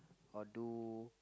or do